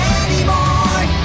anymore